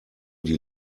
die